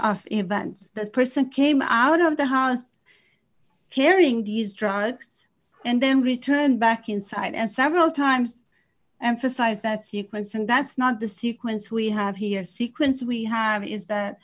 of events the person came out of the house carrying these drugs and then returned back inside and several times and for size that sequence and that's not the sequence we have here sequence we have is that